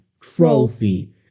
trophy